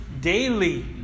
daily